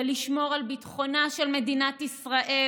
ועם שמירה על ביטחונה של מדינת ישראל